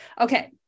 Okay